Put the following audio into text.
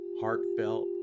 heartfelt